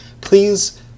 Please